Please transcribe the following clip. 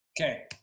okay